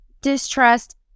distrust